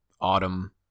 autumn